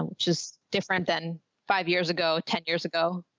which is different than five years ago, ten years ago.